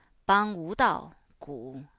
bang wu dao gu,